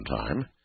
time